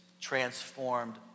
transformed